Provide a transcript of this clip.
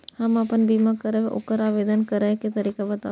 हम आपन बीमा करब ओकर आवेदन करै के तरीका बताबु?